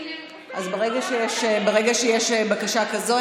אז ברגע שיש בקשה כזו,